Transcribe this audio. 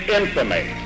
infamy